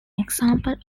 example